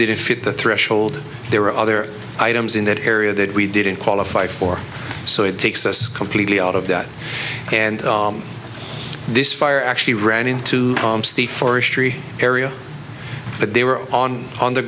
didn't fit the threshold there were other items in that area that we didn't qualify for so it takes us completely out of that and this fire actually ran into the forestry area but they were on on the